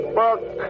book